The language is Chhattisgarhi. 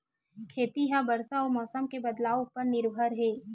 खेती हा बरसा अउ मौसम के बदलाव उपर निर्भर हे